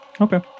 Okay